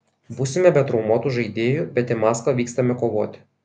būsime be traumuotų žaidėjų bet į maskvą vykstame kovoti